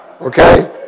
Okay